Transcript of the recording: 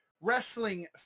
wrestling